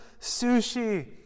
sushi